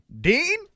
Dean